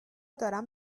دارن